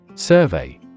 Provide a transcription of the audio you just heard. Survey